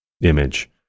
image